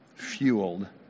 fueled